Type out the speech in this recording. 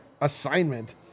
assignment